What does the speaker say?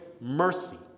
mercy